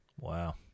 Wow